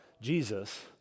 Jesus